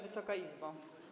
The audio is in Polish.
Wysoka Izbo!